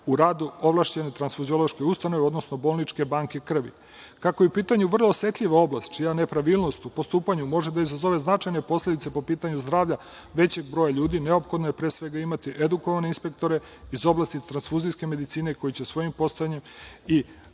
u radu ovlašćene transfuziološke ustanove, odnosno bolničke banke krvi. Kako je u pitanju vrlo osetljiva oblast, čija nepravilnost u postupanju može da izazove značajne posledice po pitanju zdravlja većeg broja ljudi, neophodno je pre svega imati edukovane inspektora iz oblasti transfuzijske medicine koji će svojim postojanjem i